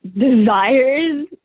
desires